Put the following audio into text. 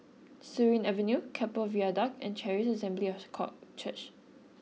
Surin Avenue Keppel Viaduct and Charis Assembly of God Church